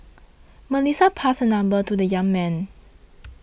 Melissa passed her number to the young man